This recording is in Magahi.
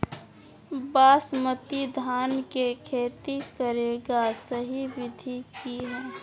बासमती धान के खेती करेगा सही विधि की हय?